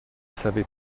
savait